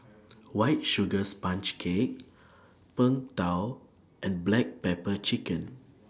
White Sugar Sponge Cake Png Tao and Black Pepper Chicken